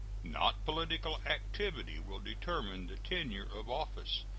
not political activity, will determine the tenure of office.